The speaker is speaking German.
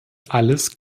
alles